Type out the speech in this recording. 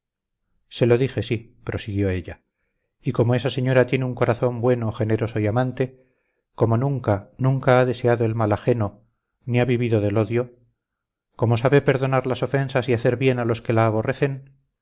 se lo dije sí prosiguió ella y como esa señora tiene un corazón bueno generoso y amante como nunca nunca ha deseado el mal ajeno ni ha vivido del odio como sabe perdonar las ofensas y hacer bien a los que la aborrecen